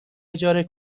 اجاره